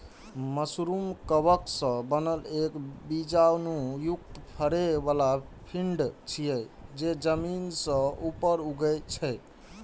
mushroom कवक सं बनल एक बीजाणु युक्त फरै बला पिंड छियै, जे जमीन सं ऊपर उगै छै